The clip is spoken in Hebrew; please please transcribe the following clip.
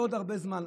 לא עוד הרבה זמן,